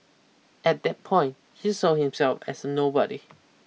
at that point he saw himself as a nobody